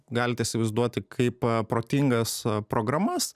galit įsivaizduoti kaip protingas programas